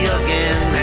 again